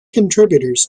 contributors